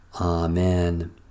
Amen